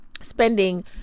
spending